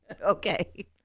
Okay